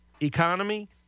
economy